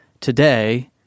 today